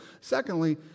Secondly